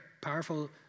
powerful